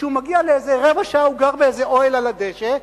כשהוא מגיע לאיזה רבע שעה הוא גר באיזה אוהל על הדשא,